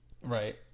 Right